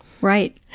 Right